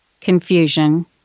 confusion